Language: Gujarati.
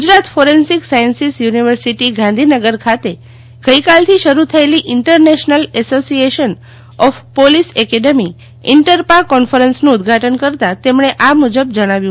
Gujarat forensic sciences university Gandhinagar ખાતે ગઈ કાલ થી શરૂ થયેલી international association of police academy INTERPA કોન્ફરન્સનું ઉદઘાટન કરતાં તેમણે આ મુજબ જણાવ્યું